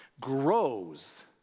grows